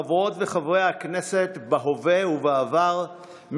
חברות וחברי הכנסת בהווה ובעבר,